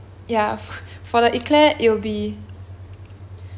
ya for the eclaire it'll be